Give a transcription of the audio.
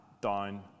down